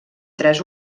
tres